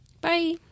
Bye